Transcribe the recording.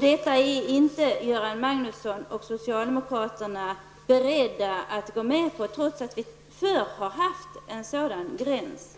Detta är inte Göran Magnusson och socialdemokraterna beredda att gå med på, trots att det tidigare fanns en sådan gräns.